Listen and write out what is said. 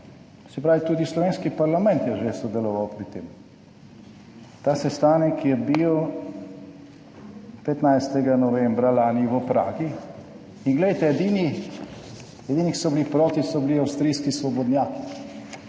Se pravi, tudi slovenski parlament je že sodeloval pri tem. Ta sestanek je bil 15. novembra lani v Pragi in glejte, edini ki so bili proti, so bili avstrijski svobodnjaki,